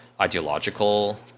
ideological